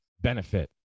benefit